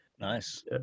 Nice